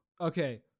Okay